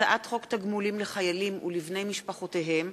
הצעת חוק תגמולים לחיילים ולבני משפחותיהם